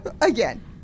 again